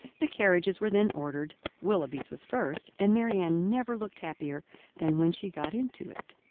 the carriages were then ordered willoughby's was first, and marianne never looked happier than when she got into it.